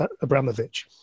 Abramovich